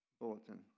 bulletin